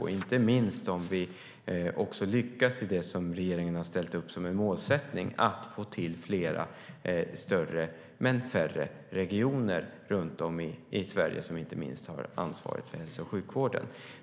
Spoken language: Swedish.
Det gäller inte minst om vi lyckas i det som regeringen har ställt upp som en målsättning, att få till större men färre regioner i Sverige som inte minst har ansvaret för hälso och sjukvården.